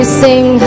sing